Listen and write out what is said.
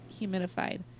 humidified